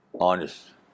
Honest